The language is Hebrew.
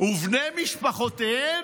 "ובני משפחותיהם"?